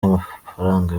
y’amafaranga